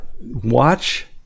watch